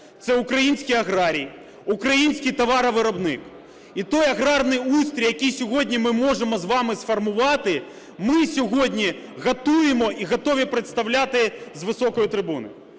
це український аграрій, український товаровиробник. І той аграрний устрій, який сьогодні ми можемо з вами сформувати, ми сьогодні готуємо і готові представляти з високої трибуни.